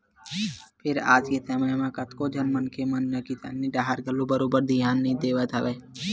फेर आज के समे म कतको झन मनखे मन किसानी डाहर घलो बरोबर धियान नइ देवत हवय